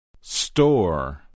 Store